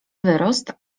wyrost